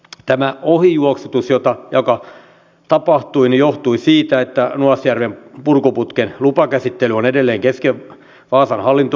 tämä ohijuoksutus joka tapahtui johtui siitä että nuasjärven purkuputken lupakäsittely on edelleen kesken vaasan hallinto oikeudessa